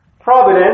providence